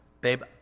babe